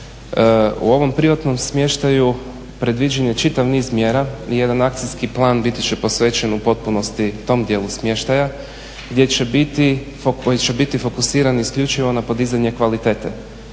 U ovom privatnom smještaju predviđen je čitav niz mjera i jedan akcijski plan biti će posvećen u potpunosti tom dijelu smještaja gdje će biti fokusiran isključivo na podizanje kvalitete,